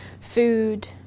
food